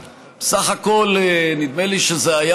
בסך הכול נדמה לי שזה היה,